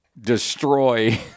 Destroy